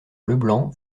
leblanc